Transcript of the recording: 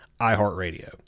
iHeartRadio